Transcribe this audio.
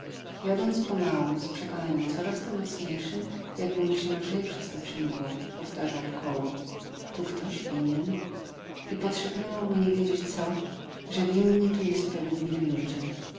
jadąc pomału z przekonaniem coraz to mocniejszym jakby mu się lżej przez to czyniło powtarzał w koło tu ktoś winien i podszepnęło mu nie wiedzieć co że winni tu niesprawiedliwi ludzie